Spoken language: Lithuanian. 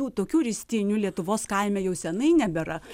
tų tokių ristynių lietuvos kaime jau senai nebėra